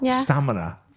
stamina